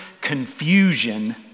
confusion